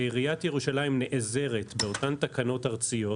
ועיריית ירושלים נעזרת באותן תקנות ארציות,